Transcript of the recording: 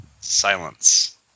Silence